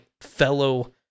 fellow